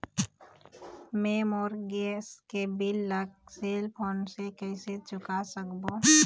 मैं मोर गैस के बिल ला सेल फोन से कइसे चुका सकबो?